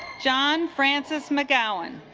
john francis mcgowan